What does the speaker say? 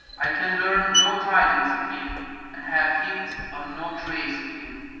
i can learn no tidings of him and have hit on no trace of him,